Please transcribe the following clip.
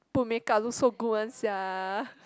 put make up look so good one sia